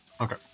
Okay